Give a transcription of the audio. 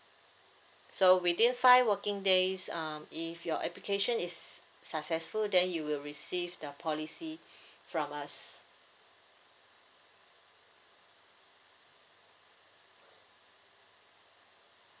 so within five working days um if your application is successful then you will receive the policy from us